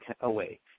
away